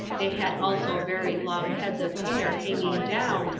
they had also very long heads of hair hanging down,